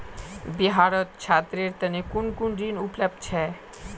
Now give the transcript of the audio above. बिहारत छात्रेर तने कुन कुन ऋण उपलब्ध छे